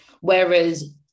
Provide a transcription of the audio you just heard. whereas